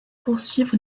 poursuivent